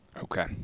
Okay